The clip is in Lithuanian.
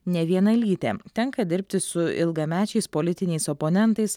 nevienalytė tenka dirbti su ilgamečiais politiniais oponentais